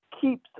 keeps